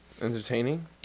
entertaining